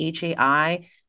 HAI